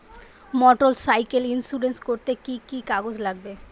Motorcycle insurance করতে কি কি কাগজ লাগবে?